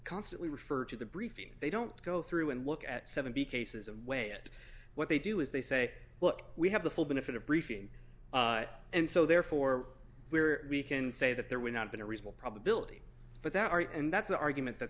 constantly refer to the briefing they don't go through and look at seventy cases and weigh it what they do is they say well we have the full benefit of briefing and so therefore we're we can say that there we're not in a reasonable probability but there are and that's the argument that